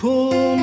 Pull